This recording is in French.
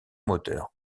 moteur